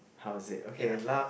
how was it okay